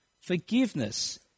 Forgiveness